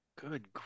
Good